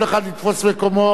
כל אחד יתפוס את מקומו.